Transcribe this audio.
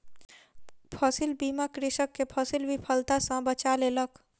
फसील बीमा कृषक के फसील विफलता सॅ बचा लेलक